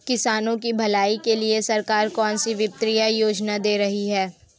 किसानों की भलाई के लिए सरकार कौनसी वित्तीय योजना दे रही है?